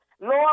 Lord